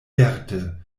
lerte